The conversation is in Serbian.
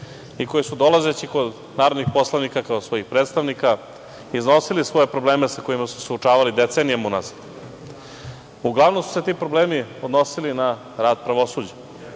i koji su dolazeći kod narodnih poslanika, kod svojih predstavnika, iznosili svoje probleme sa kojima su se suočavali decenijama u nazad. Uglavnom su se ti problemi odnosili na rad pravosuđa,